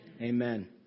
Amen